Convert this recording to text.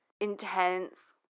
intense